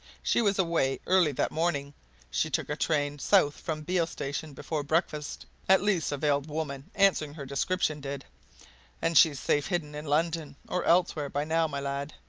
she was away early that morning she took a train south from beal station before breakfast at least, a veiled woman answering her description did and she's safe hidden in london, or elsewhere, by now, my lad!